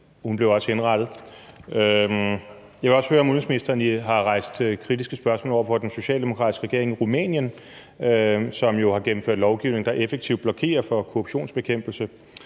Hun blev også henrettet. Jeg vil også høre, om udenrigsministeren har rejst kritiske spørgsmål over for den socialdemokratiske regering i Rumænien, som jo har gennemført lovgivning, der effektivt blokerer for korruptionsbekæmpelse,